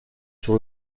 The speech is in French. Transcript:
sur